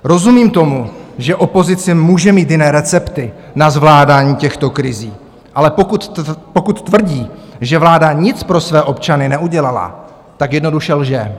Rozumím tomu, že opozice může mít jiné recepty na zvládání těchto krizí, ale pokud tvrdí, že vláda nic pro své občany neudělala, tak jednoduše lže.